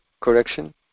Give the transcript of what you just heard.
correction